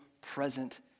present